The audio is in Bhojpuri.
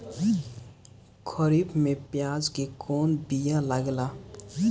खरीफ में प्याज के कौन बीया लागेला?